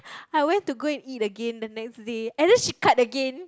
I went to go and eat again the next day and then she cut again